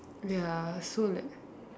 ya so like